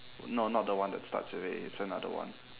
no not the one that starts with A it's another one